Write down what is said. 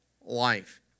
life